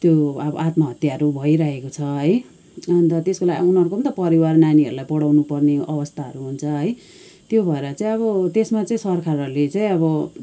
त्यो आत्महत्याहरू भइरहेको छ है अन्त त्यसकोलाई उनीहरूको पनि त परिवार नानीहरूलाई पढाउनुपर्ने अवस्थाहरू हुन्छ है त्यो भएर चाहिँ अब त्यसमा चाहिँ सरकारहरूले चाहिँ अब